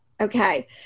okay